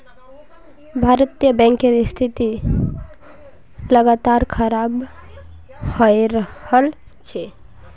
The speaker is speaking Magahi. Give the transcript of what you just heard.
भारतीय बैंकेर स्थिति लगातार खराब हये रहल छे